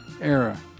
era